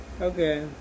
Okay